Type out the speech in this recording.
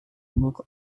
book